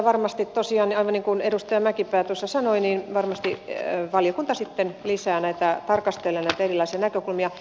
varmasti tosiaan niin kuin edustaja mäkipää tuossa sanoi valiokunta sitten tarkastelee lisää näitä erilaisia näkökulmia